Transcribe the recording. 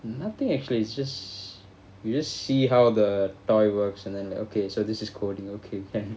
nothing actually it's just you just see how the toy works and then okay so this is coding okay can